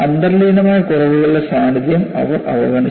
അന്തർലീനമായ കുറവുകളുടെ സാന്നിധ്യം അവർ അവഗണിച്ചു